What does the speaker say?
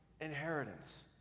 inheritance